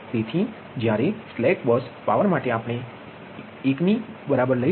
તેથી જ્યારે slack bus power માટે આપણે 1 ની બરાબર લઈ લીધી છે